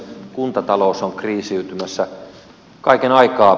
kuntatalous on kriisiytymässä kaiken aikaa